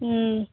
ம்